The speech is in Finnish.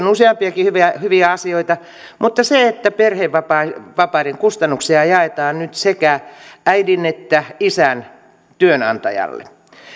useampiakin hyviä hyviä asioita se että perhevapaiden kustannuksia jaetaan nyt sekä äidin että isän työnantajalle